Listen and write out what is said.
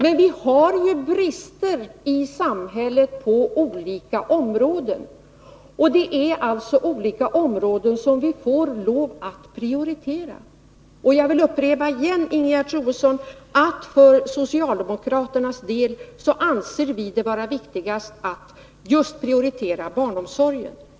Men vi har ju brister i samhället på olika områden. Det är alltså olika områden som vi får lov att prioritera. Jag vill upprepa igen, Ingegerd Troedsson, att socialdemokraterna för sin del anser det vara viktigast att prioritera just barnomsorgen.